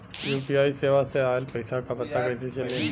UPI सेवा से ऑयल पैसा क पता कइसे चली?